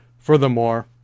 Furthermore